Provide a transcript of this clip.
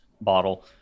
bottle